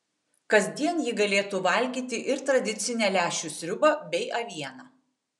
kasdien ji galėtų valgyti ir tradicinę lęšių sriubą bei avieną